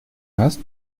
нас